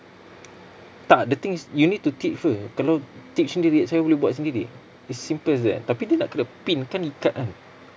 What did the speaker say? tak the thing is you need to teach who kalau teach sendiri saya boleh buat sendiri it's simple as that tapi dia nak kena pin kan ikat kan